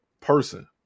person